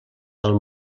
del